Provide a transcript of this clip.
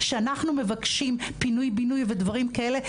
כשאנחנו מבקשים פינוי בינוי ודברים כאלה,